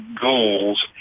goals